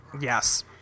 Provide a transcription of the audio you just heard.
yes